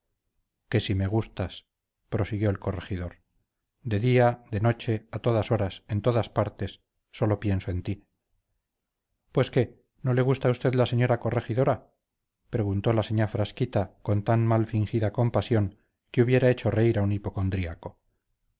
que si me gustas prosiguió el corregidor de día de noche a todas horas en todas partes sólo pienso en ti pues qué no le gusta a usted la señora corregidora preguntó la señá frasquita con tan mal fingida compasión que hubiera hecho reír a un hipocondríaco